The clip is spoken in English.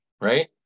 right